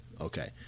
okay